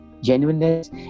genuineness